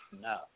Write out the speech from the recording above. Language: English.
No